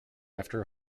after